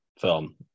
film